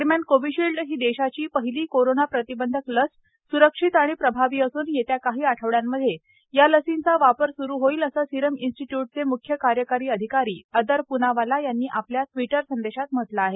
दरम्यान कोविशील्ड ही देशाची पहिली कोरोना प्रतिबंधक लस स्रक्षित आणि प्रभावी असून येत्या काही आठवड्यांमध्ये या लसीचा वापर सुरु होईल असं सिरम इन्स्टिट्य्टचे म्ख्य कार्यकारी अधिकारी अदर प्नावाला यांनी आपल्या ट्विटर संदेशात म्हटलं आहे